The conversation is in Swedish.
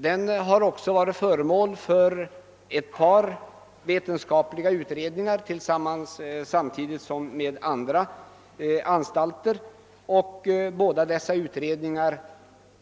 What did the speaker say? Den har också tillsammans med andra anstalter varit föremål för ett par vetenskapliga utredningar, och båda dessa